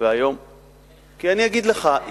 אני אגיד לך,